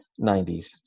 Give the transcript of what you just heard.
90s